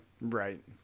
right